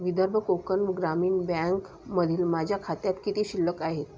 विदर्भ कोकण ग्रामीण बँकमधील माझ्या खात्यात किती शिल्लक आहेत